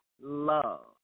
love